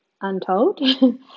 untold